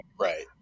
Right